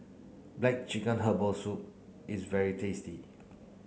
black chicken herbal soup is very tasty